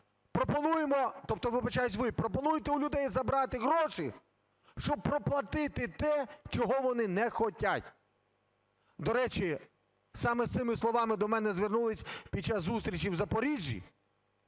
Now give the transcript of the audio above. пропонуємо, тобто, вибачаюсь, ви пропонуєте у людей забрати гроші, щоб проплатити те, чого вони не хотять. До речі, саме з цими словами до мене звернулись під час зустрічі в Запоріжжі,